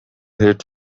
head